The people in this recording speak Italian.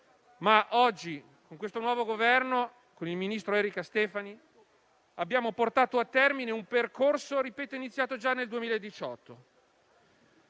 ma oggi, con il nuovo Governo e con il ministro Erika Stefani, abbiamo portato a termine un percorso iniziato già nel 2018.